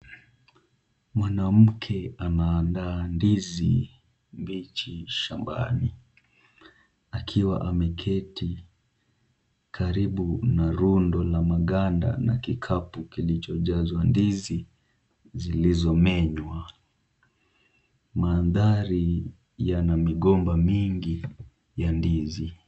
Mwanamke anaandaa ndizi mbichi shambani, akiwa ameketi karibu na rundu la maganda na kikapu kilichojazwa ndizi zilizomenywa, maandari yana migomba mingi ya ndizi